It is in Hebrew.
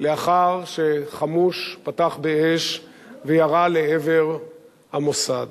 לאחר שחמוש פתח באש וירה לעבר המוסד.